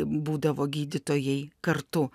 būdavo gydytojai kartu